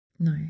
No